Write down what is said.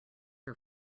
are